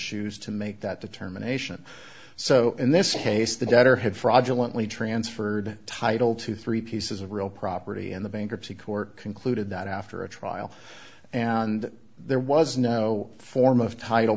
shoes to make that determination so in this case the debtor had fraudulently transferred title to three pieces of real property and the bankruptcy court concluded that after a trial and there was no form of title